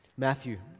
Matthew